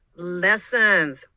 lessons